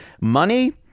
Money